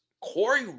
Corey